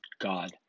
God